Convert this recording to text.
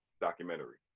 documentary